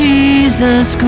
Jesus